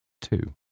Two